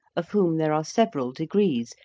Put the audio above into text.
of whom there are several degrees,